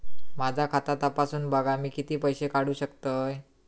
माझा खाता तपासून बघा मी किती पैशे काढू शकतय?